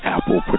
Apple